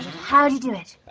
how'd you do it? ah,